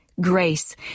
grace